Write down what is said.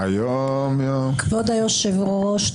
כבוד היושב-ראש,